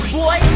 boy